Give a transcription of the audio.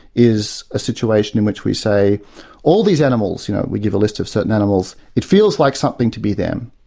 is a situation which we say all these animals' you know we give a list of certain animals it feels like something to be them.